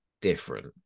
different